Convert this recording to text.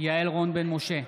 יעל רון בן משה,